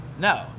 No